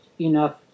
enough